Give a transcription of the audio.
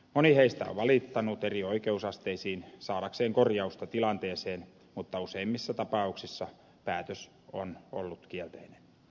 moni heistä on valittanut eri oikeusasteisiin saadakseen korjausta tilanteeseen mutta useimmissa tapauksissa päätös on ollut kielteinen